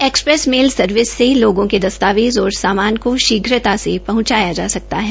express mail services EMS से लोगों के दस्तावेज़ और सामान को शीघ्रता से पहचांया जा सकता है